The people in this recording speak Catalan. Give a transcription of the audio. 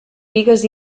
pigues